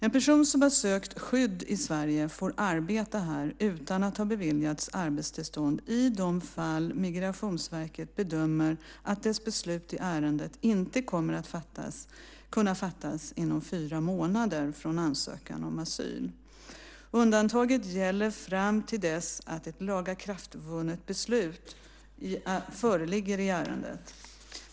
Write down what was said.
En person som sökt skydd i Sverige får arbeta här utan att ha beviljats arbetstillstånd i de fall Migrationsverket bedömer att dess beslut i ärendet inte kommer att kunna fattas inom fyra månader från ansökan om asyl. Undantaget gäller fram till dess att ett lagakraftvunnet beslut föreligger i ärendet.